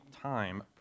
time